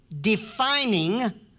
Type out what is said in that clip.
defining